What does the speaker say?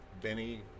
Benny